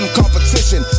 competition